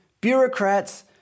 bureaucrats